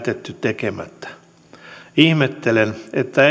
tekemättä ihmettelen että